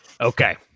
Okay